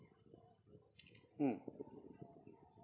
mm